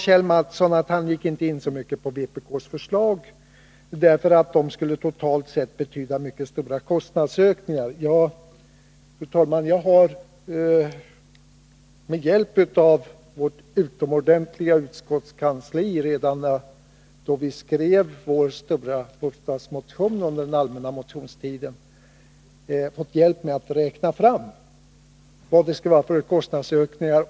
Kjell Mattsson sade att han inte gick in så mycket på vpk:s förslag därför att de totalt sett skulle betyda mycket stora kostnadsökningar. Ja, fru talman, redan då vi skrev vår stora bostadsmotion under den allmänna motionstiden fick vi hjälp av vårt utomordentliga utskottskansli med att räkna fram vilka kostnadsökningar förslagen skulle innebära.